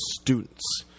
students